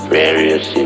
various